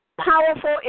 powerful